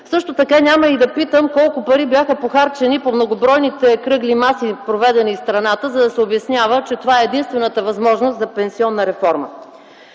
Също така няма и да питам колко пари бяха похарчени по многобройните кръгли маси, проведени в страната, за да се обяснява, че това е единствената възможност за пенсионна реформа.